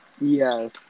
Yes